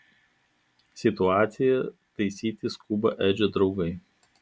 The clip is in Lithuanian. situaciją taisyti skuba edžio draugai